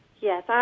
Yes